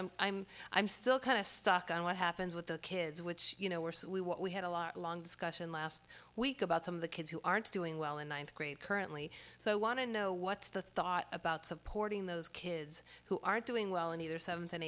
i'm i'm i'm still kind of stuck on what happens with the kids which you know where we what we had a lot long discussion last week about some of the kids who aren't doing well in ninth grade currently so i want to know what's the thought about supporting those kids who are doing well in either seventh and